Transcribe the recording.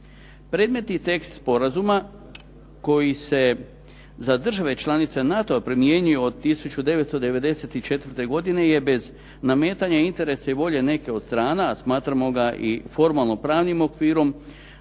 Predmetni tekst sporazuma koji se za države članice NATO-a primijenio od 1994. godine je bez nametanja interesa i volje i neke od strana, a smatramo ga i formalno pravnim okvirom